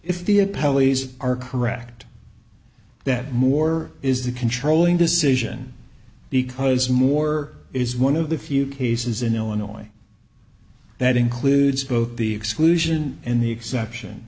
pelleas are correct that more is the controlling decision because more is one of the few cases in illinois that includes both the exclusion and the exception